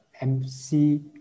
MC